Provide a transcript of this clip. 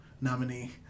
nominee